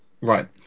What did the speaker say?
Right